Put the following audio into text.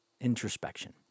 introspection